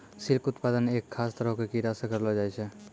silk उत्पादन एक खास तरह के कीड़ा सॅ करलो जाय छै